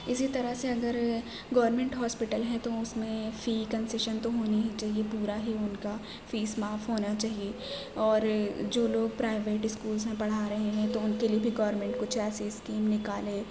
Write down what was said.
اسی طرح سے اگر گورنمنٹ ہاسپٹل ہیں تو اس میں فی کنشیشن تو ہونی ہی چاہئے پورا ہی ان کا فیس معاف ہونا چاہئے اور جو لوگ پرائیویٹ اسکولس میں پڑھا رہے ہیں تو ان کے لئے بھی گورنمنٹ کچھ ایسی اسکیم نکالے